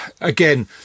again